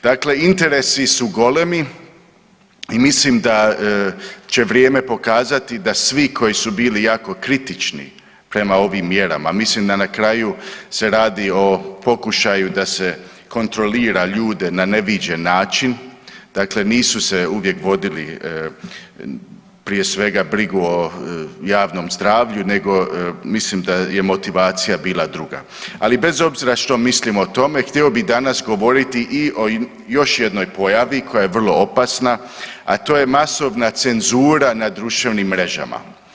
Dakle, interesi su golemi i mislim da će vrijeme pokazati da svi koji su bili jako kritični prema ovim mjerama, mislim da na kraju se radi o pokušaju da se kontroli ljude na neviđen način, dakle nisu se uvijek vodili, prije svega, brigu o javnom zdravlju nego mislim da je motivacija bila druga, ali bez obzira što mislim o tome, htio bih danas govoriti i o još jednoj pojavi koja je vrlo opasna, a to je masovna cenzura na društvenim mrežama.